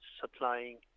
supplying